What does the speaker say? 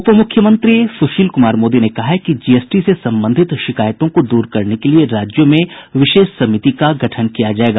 उप मुख्यमंत्री सुशील कुमार मोदी ने कहा है कि जीएसटी से संबंधित शिकायतों को दूर करने के लिए राज्यों में विशेष समिति का गठन किया जायेगा